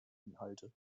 inhalte